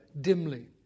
dimly